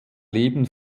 leben